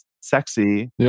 sexy